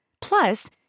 Plus